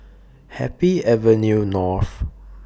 Happy Avenue North